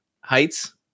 heights